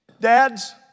Dads